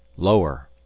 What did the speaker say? lower!